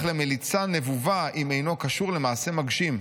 למליצה נבובה אם אינו קשור למעשה מגשים',